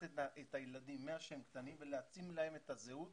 את הילדים מאז שהם קטנים ולהעצים להם את הזהות